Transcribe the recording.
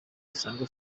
isango